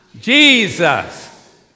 Jesus